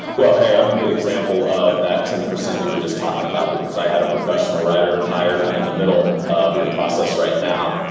well, hey, i'm a good example of that ten percent you were just talking about because i had a professional writer, hired, i'm in the middle of your process right now.